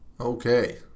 Okay